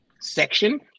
section